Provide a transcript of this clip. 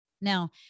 Now